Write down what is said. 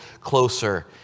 closer